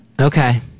Okay